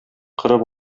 кырып